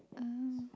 um